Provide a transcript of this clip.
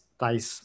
tais